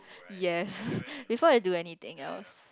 yes before I do anything else